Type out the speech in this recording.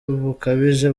bukabije